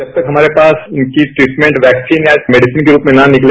जब तक हमारे पास उनकी ट्रिटभेंट वैक्सीन या मेखिसिन के रूप में न निकले